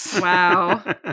Wow